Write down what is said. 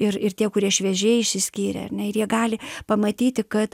ir ir tie kurie šviežiai išsiskyrę ar ne ir jie gali pamatyti kad